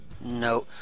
no